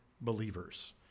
believers